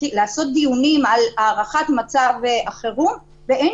לעשות דיונים על הארכת מצב החירום ואין